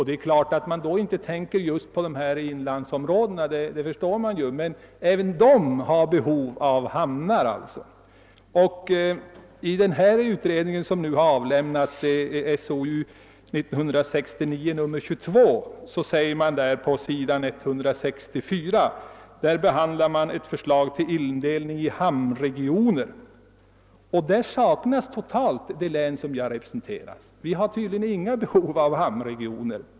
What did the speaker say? Det är klart att man då inte tänker just på inlandsområdena — men även de har behov av hamnar. I denna utrednings betänkande — SOU 1969:22 — behandlas på s. 164 ett förslag till indelning i hamnregioner. Där saknas totalt det län som jag representerar; vi har tydligen inget som helst behov av hamnregioner.